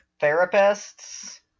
Therapists